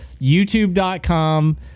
youtube.com